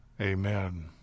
Amen